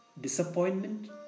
Disappointment